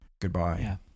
goodbye